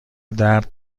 درد